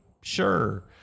sure